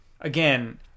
again